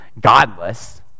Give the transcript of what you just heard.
godless